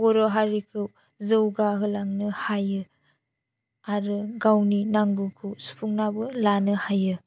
बर' हारिखौ जौगाहोलांनो हायो आरो गावनि नांगौखौ सुफुंनाबो लानो हायो